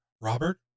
Robert